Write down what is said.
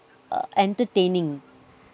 uh entertaining